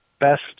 Best